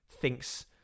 thinks